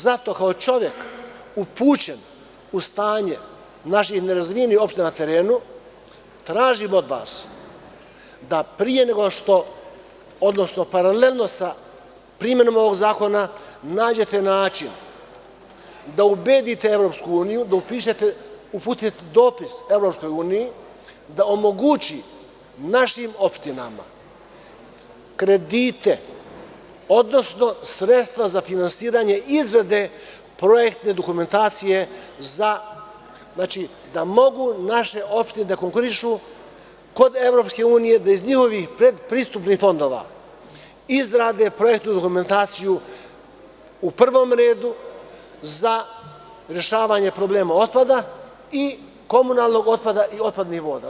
Zato kao čovek upućen u stanje naših nerazvijenih opština na terenu, tražim od vas da pre nego što, odnosno paralelno sa primenama ovog zakona, nađete način da ubedite EU, da uputite dopis EU, da omogući našim opštinama kredite, odnosno sredstva za finansiranje izrade projektne dokumentacije za, znači, da mogu naše opštine da konkurišu kod EU, da iz njihovih predpristupnih fondova izrade projektnu dokumentaciju u prvom redu za rešavanje problema otpada i komunalnog otpada i otpadnih voda.